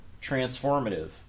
transformative